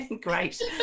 great